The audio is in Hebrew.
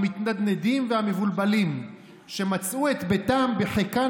המתנדנדים והמבולבלים שמצאו את ביתם בחיקן